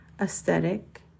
aesthetic